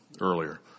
earlier